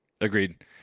Agreed